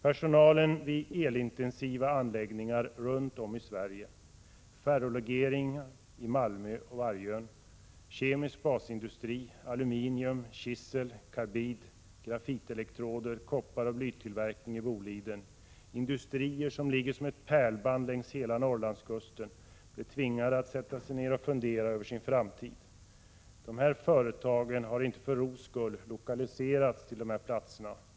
Personalen vid elintensiva anläggningar runt om i Sverige - ferrolegering i Malmö och Vargön, kemisk basindustri, aluminium, kisel, karbid, grafitelektroder, kopparoch blytillverkning i Boliden, industrier som ligger som ett pärlband längs Norrlandskusten — blir tvingad att sätta sig ned och fundera över sin framtid. De här företagen har inte för ro skull lokaliserats till dessa platser.